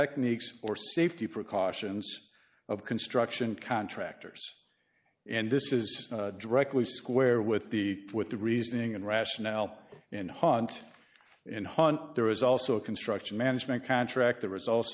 techniques or safety precautions of construction contractors and this is directly square with the with the reasoning and rationale and haunt in han there was also a construction management contract the result